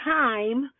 time